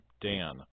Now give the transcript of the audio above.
Dan